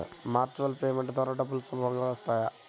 Virtual payment ద్వారా డబ్బులు సులభంగా వస్తాయా?